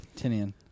Tinian